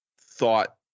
thought